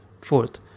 Fourth